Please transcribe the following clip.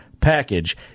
package